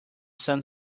sun